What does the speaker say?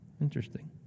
Interesting